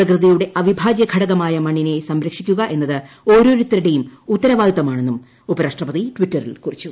പ്രകൃതിയുടെ അവിഭാജ്യ ഘടകമായ മണ്ണിനെ സംരക്ഷിക്കൂക ്എന്നത് ഓരോരുത്തരുടെയും ഉത്തരവാദിത്തമാണെന്നും ഉപിര്യാഷ്ട്രപതി ട്വിറ്ററിൽ കുറിച്ചു